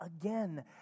again